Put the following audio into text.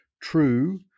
true